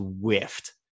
whiffed